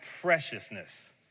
preciousness